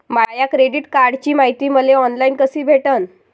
माया credit कार्डची मायती मले ऑनलाईन कसी भेटन?